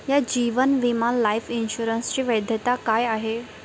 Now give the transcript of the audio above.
या जीवन विमा लाईफ इन्शुरन्सची वैधता काय आहे